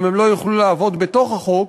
אם הם לא יוכלו לעבוד בתוך החוק,